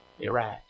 Iraq